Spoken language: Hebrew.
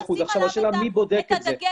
השאלה מי בודק את זה.